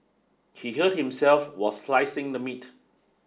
he hurt himself while slicing the meat